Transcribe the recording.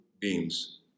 beams